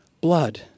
blood